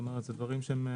כלומר אלה דברים מורכבים,